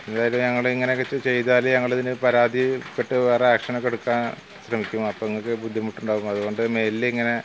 എന്തായാലും ഞങ്ങൾ ഇങ്ങനെയൊക്കെ ചെയ്താൽ ഞങ്ങളിതിന് പരാതിപ്പെട്ട് വേറെ ആക്ഷനൊക്കെ എടുക്കാൻ ശ്രമിക്കും അപ്പം നിങ്ങൾക്ക് ബുദ്ധിമുട്ടുണ്ടാകും അതുകൊണ്ട് മേലിലിങ്ങനെ